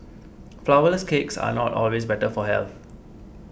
flour less cakes are not always better for health